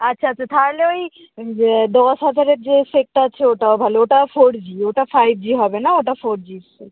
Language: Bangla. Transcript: আচ্ছা আচ্ছা তাহলে ওই দশ হাজারের যে সেটটা আছে ওটাও ভালো ওটা ফোর জি ওটা ফাইভ জি হবে না ওটা ফোর জির সেট